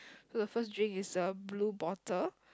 so the first drink is a blue bottle